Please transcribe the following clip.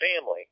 family